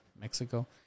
Mexico